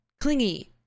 clingy